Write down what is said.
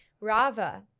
Rava